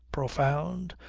profound,